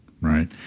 right